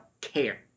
care